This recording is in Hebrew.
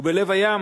ובלב הים